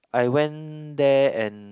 I went there and